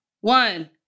one